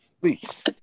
Please